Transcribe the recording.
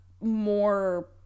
more